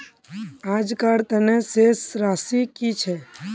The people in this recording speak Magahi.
आजकार तने शेष राशि कि छे?